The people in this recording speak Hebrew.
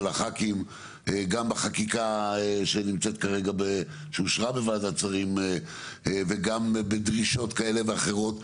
הח"כים גם בחקיקה שאושרה בוועדת שרים וגם בדרישות כאלה ואחרות.